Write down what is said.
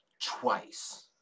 Twice